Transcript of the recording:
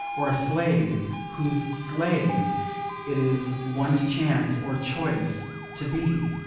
or a slave whose slave it is one's chance or choice to be.